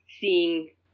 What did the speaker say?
seeing